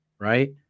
Right